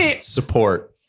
Support